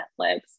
Netflix